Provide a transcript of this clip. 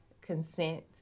consent